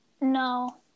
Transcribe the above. No